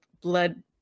Blood